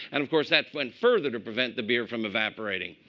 and of course, that went further to prevent the beer from evaporating.